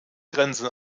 grenzen